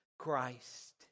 Christ